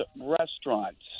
restaurants